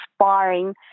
inspiring